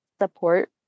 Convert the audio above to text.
support